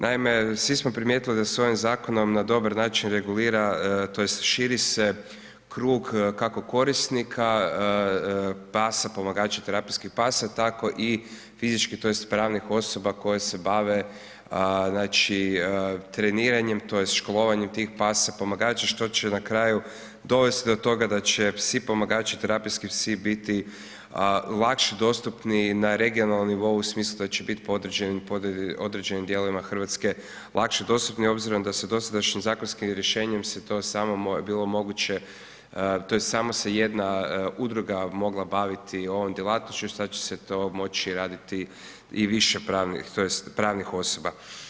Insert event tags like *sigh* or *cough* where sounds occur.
Naime, svi smo primijetili da se ovim zakonom na dobra način regulira, tj. širi se krug, kako korisnika, pasa pomagača, terapijskih pasa tako i fizičkih, tj. pravnih osoba, koje se bave, treniranjem, tj. školovanjem tih pasa pomagača, što će na kraju dovesti do toga, da će psi pomagači, terapijski psi, biti lakše dostupni na regionalnu nivou, u smislu da će biti … *unintelligible* određenim dijelovima Hrvatske, lakše dostupni, obzirom da se dosadašnjim zakonskim rješenjem je to samo bilo moguće, tj. samo se jedna udruga mogla baviti ovom djelatnošću, sada će se to moći raditi i više pravnih, tj. pravnih osoba.